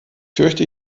fürchte